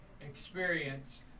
experience